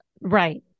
Right